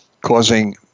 causing